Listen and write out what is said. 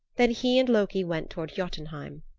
then he and loki went toward jotunheim.